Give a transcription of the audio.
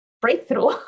breakthrough